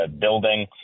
building